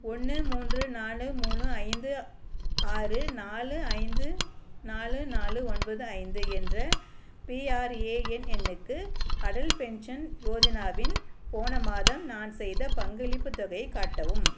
ஒன்று மூன்று நாலு மூணு ஐந்து ஆறு நாலு ஐந்து நாலு நாலு ஒன்பது ஐந்து என்ற பிஆர்ஏஎன் எண்ணுக்கு அடல்ட் பென்ஷன் யோஜனாவில் போன மாதம் நான் செய்த பங்களிப்பு தொகையை காட்டவும்